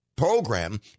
program